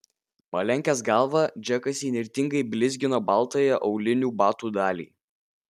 palenkęs galvą džekas įnirtingai blizgino baltąją aulinių batų dalį